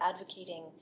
advocating